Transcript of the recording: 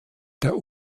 der